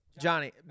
Johnny